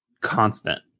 constant